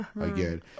again